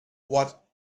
what